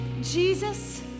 Jesus